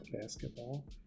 Basketball